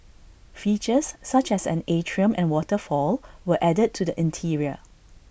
features such as an atrium and waterfall were added to the interior